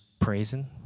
praising